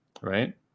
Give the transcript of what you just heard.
right